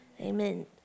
Amen